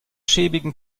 schäbigen